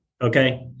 Okay